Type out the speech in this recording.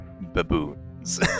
baboons